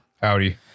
howdy